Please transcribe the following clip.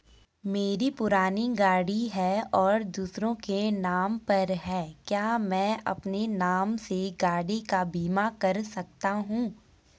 मेरी पुरानी गाड़ी है और दूसरे के नाम पर है क्या मैं अपने नाम से गाड़ी का बीमा कर सकता हूँ?